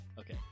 okay